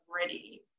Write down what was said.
ready